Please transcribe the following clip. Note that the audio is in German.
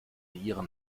ihren